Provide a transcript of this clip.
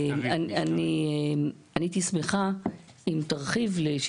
אני הייתי שמחה, אם תוכל להרחיב.